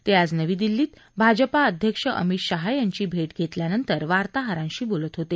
ते आज नवी दिल्लीत भाजपाध्यक्ष अमित शाह यांची भेट घेतल्यानंतर वार्ताहरांशी बोलत होते